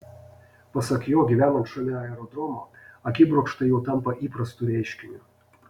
pasak jo gyvenant šalia aerodromo akibrokštai jau tampa įprastu reiškiniu